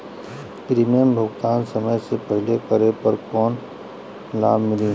Premium भुगतान समय से पहिले करे पर कौनो लाभ मिली?